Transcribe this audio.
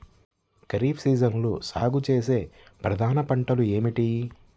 ఖరీఫ్ సీజన్లో సాగుచేసే ప్రధాన పంటలు ఏమిటీ?